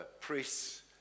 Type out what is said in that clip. priests